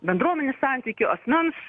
bendruomenės santykio asmens